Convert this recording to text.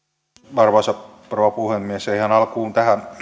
arvoisa rouva puhemies ihan alkuun